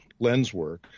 Lenswork